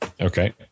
Okay